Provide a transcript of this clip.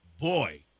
boy